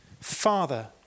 Father